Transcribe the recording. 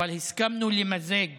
אבל הסכמנו למזג